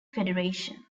federation